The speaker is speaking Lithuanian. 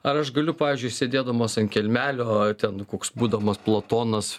ar aš galiu pavyzdžiui sėdėdamas ant kelmelio ten koks būdamas platonas